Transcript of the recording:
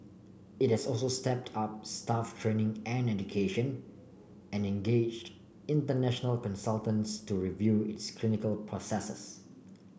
it has also stepped up staff training and education and engaged international consultants to review its clinical processes